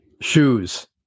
shoes